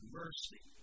mercy